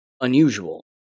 unusual